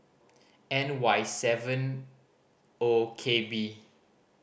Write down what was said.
N Y seven O K B